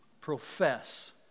profess